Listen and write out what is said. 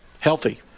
healthy